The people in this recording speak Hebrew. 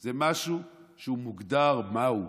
זה משהו שמוגדר מהו.